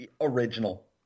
Original